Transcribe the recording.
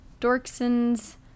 dorkson's